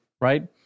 right